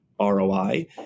ROI